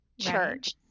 church